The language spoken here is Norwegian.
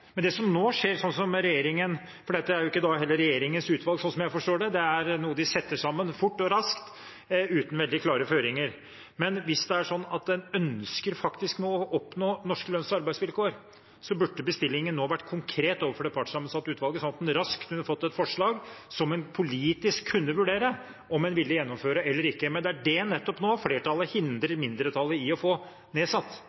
Dette er da heller ikke regjeringens utvalg, slik jeg forstår det. Det er noe de setter sammen fort og raskt, uten veldig klare føringer. Men hvis en faktisk ønsker å oppnå norske lønns- og arbeidsvilkår, burde bestillingen nå ha vært konkret overfor det partssammensatte utvalget, slik at en raskt kunne fått et forslag som en politisk kunne vurdert om en ville gjennomføre eller ikke. Men det er nettopp det som flertallet nå